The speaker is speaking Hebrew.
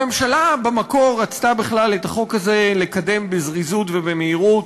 הממשלה במקור רצתה בכלל את החוק הזה לקדם בזריזות ובמהירות,